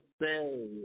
say